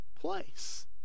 place